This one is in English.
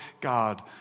God